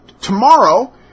tomorrow